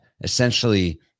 essentially